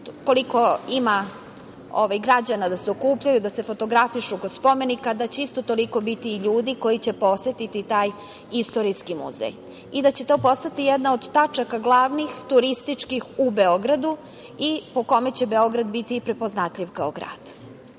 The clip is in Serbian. koliko ima građana da se okupljaju, da se fotografišu oko spomenika, da će isto toliko biti ljudi koji će posetiti taj istorijski muzej i da će to postati jedna od glavnih turističkih tačaka u Beogradu i po kome će Beograd biti prepoznatljiv kao grad.